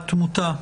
והתמותה?